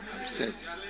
upset